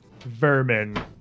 vermin